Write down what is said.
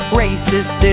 racist